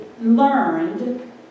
learned